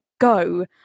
go